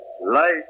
Light